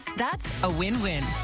that's a win-win.